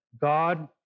God